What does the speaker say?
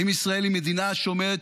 האם ישראל היא מדינה שאומרת: